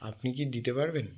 আপনি কি দিতে পারবেন